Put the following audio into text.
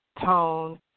tone